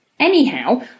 Anyhow